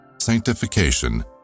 Sanctification